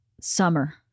summer